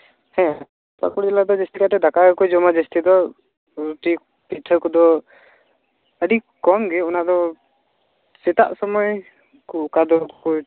ᱦᱮᱸ ᱯᱟᱹᱠᱩᱲ ᱡᱮᱞᱟ ᱫᱚ ᱡᱟᱹᱥᱛᱤ ᱠᱟᱭᱛᱮ ᱫᱟᱠᱟ ᱜᱮ ᱠᱚ ᱡᱚᱢᱟ ᱡᱟᱹᱥᱛᱤ ᱫᱚ ᱨᱩᱴᱤ ᱯᱤᱴᱷᱟᱹ ᱠᱚᱫᱚ ᱟᱹᱰᱤ ᱠᱚᱢ ᱜᱮ ᱚᱱᱟ ᱫᱚ ᱥᱮᱛᱟᱜ ᱥᱚᱢᱚᱭ ᱠᱚ ᱚᱠᱟ ᱫᱚᱠᱚ